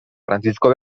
francisco